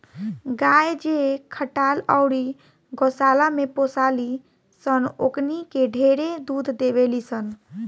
गाय जे खटाल अउरी गौशाला में पोसाली सन ओकनी के ढेरे दूध देवेली सन